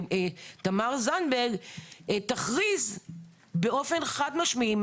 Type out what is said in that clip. שתמר זנדברג תכריז באופן חד משמעי,